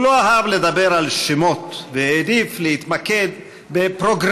הוא לא אהב לדבר על שמות והעדיף להתמקד בפרוגרמות,